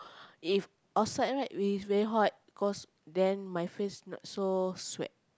if outside right we very hot cause then my face not so sweat